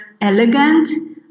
elegant